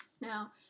Now